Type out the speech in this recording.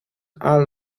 all